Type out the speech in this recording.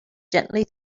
gently